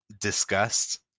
disgust